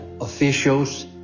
officials